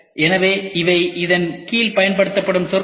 எனவே இவை இதன் கீழ் பயன்படுத்தப்படும் சொற்கள்